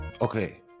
Okay